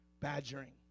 badgering